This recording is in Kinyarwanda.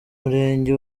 murenge